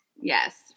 Yes